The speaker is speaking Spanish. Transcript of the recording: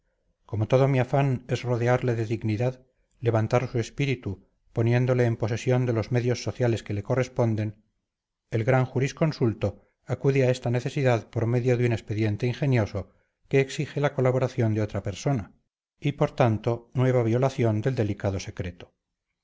como todo mi afán es rodearle de dignidad levantar su espíritu poniéndole en posesión de los medios sociales que le corresponden el gran jurisconsulto acude a esta necesidad por medio de un expediente ingenioso que exige la colaboración de otra persona y por tanto nueva violación del delicado secreto